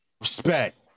Respect